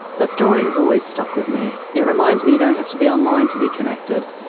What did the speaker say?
that story has always stuck with me it reminds me you don't have to be online to be connected,